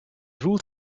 voelt